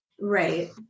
Right